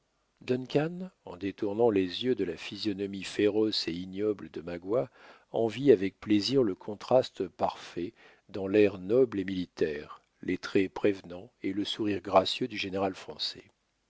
en détournant les yeux de la physionomie féroce et ignoble de magua en vit avec plaisir le contraste parfait dans l'air noble et militaire les traits prévenants et le sourire gracieux du général français